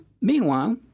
Meanwhile